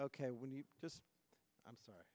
ok when you just i'm sorry